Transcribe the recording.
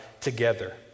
together